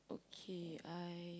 okay I